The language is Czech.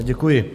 Děkuji.